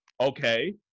okay